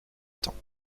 temps